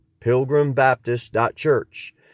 pilgrimbaptist.church